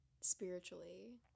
spiritually